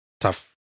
tough